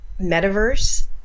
metaverse